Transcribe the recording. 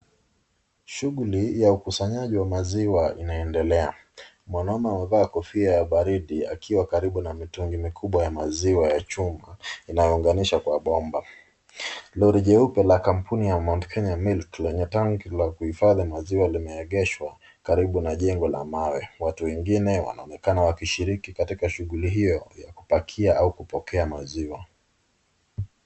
Shughuli ya ukusanyaji wa maziwa inaendelea. Mwanaume amevaa kofia ya baridi akiwa karibu na mitungi mikubwa ya maziwa ya chuma, inayounganishwa kwa bomba. Lori jeupe la kampuni ya Mount Kenya Milk , lenye tanki la kuhifadhi maziwa limeegeshwa karibu na jengo la mawe. Watu wengine wanaonekana wakishiriki katika shughuli hiyo ya kupakia au kupokea maziwa.